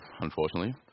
unfortunately